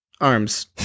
arms